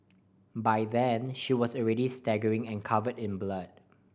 by then she was already staggering and covered in blood